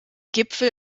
gipfel